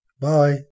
Bye